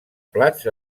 plats